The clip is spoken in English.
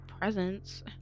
presents